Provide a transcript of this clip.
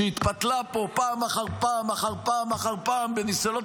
שהתפתלה פה פעם אחר פעם אחר פעם בניסיונות